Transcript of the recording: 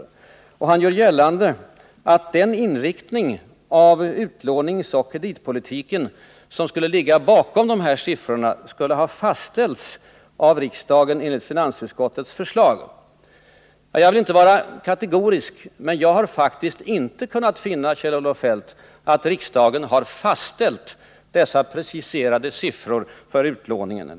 Kjell-Olof Feldt gör gällande att den inriktning av utlåningsoch kreditpolitiken som skulle ligga bakom dessa siffror skulle ha ”fastställts av riksdagen enligt finansutskottets förslag”. Jag vill inte vara kategorisk, men jag har faktiskt inte kunnat finna, Kjell-Olof Feldt, att riksdagen har fastställt några preciserade siffror för utlåningen.